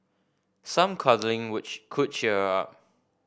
some cuddling would could cheer her up